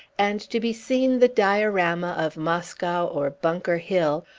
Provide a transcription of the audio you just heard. and to be seen the diorama of moscow or bunker hill,